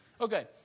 Okay